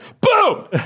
Boom